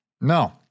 No